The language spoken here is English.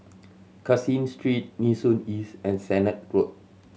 Caseen Street Nee Soon East and Sennett Road